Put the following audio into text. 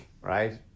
right